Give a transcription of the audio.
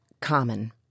common